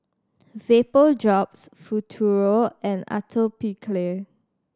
Vapodrops Futuro and Atopiclair